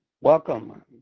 welcome